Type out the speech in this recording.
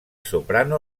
soprano